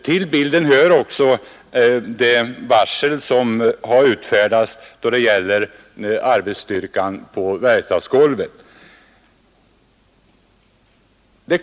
Till bilden hör också det varsel som har utfärdats till arbetsstyrkan på verkstadsgolvet.